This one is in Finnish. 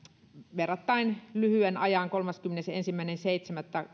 verrattain lyhyen ajan kolmaskymmenesensimmäinen seitsemättä